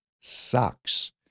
sucks